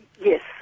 Yes